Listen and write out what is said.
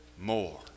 more